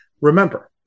Remember